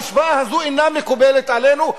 המשוואה הזו אינה מקובלת עלינו,